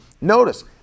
Notice